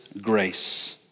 grace